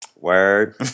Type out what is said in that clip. Word